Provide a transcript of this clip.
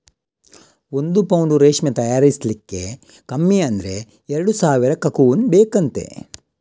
ಒಂದು ಪೌಂಡು ರೇಷ್ಮೆ ತಯಾರಿಸ್ಲಿಕ್ಕೆ ಕಮ್ಮಿ ಅಂದ್ರೆ ಎರಡು ಸಾವಿರ ಕಕೂನ್ ಬೇಕಂತೆ